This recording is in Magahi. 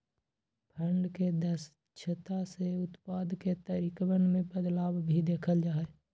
फंड के दक्षता से उत्पाद के तरीकवन में बदलाव भी देखल जा हई